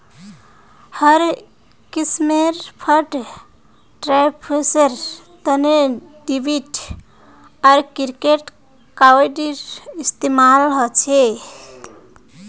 हर किस्मेर फंड ट्रांस्फरेर तने डेबिट आर क्रेडिट कार्डेर इस्तेमाल ह छे